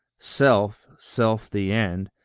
self, self the end,